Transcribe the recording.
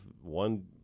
one